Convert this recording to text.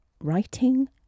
writing